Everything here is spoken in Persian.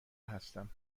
هستم